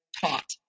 taught